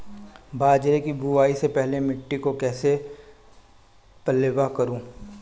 बाजरे की बुआई से पहले मिट्टी को कैसे पलेवा करूं?